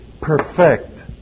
perfect